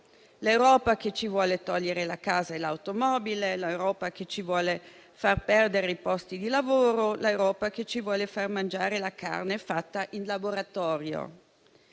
l'Europa che ci vuole togliere la casa e l'automobile, l'Europa che ci vuole far perdere i posti di lavoro, l'Europa che ci vuole far mangiare la carne fatta in laboratorio.